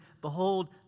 Behold